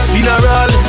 Funeral